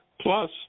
plus